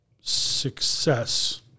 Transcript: success